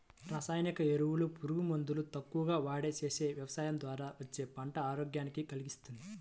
రసాయనిక ఎరువులు, పురుగు మందులు తక్కువగా వాడి చేసే యవసాయం ద్వారా వచ్చే పంట ఆరోగ్యాన్ని కల్గిస్తది